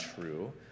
true